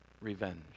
revenge